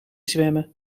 zwemmen